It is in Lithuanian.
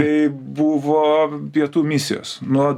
tai buvo pietų misijos nuo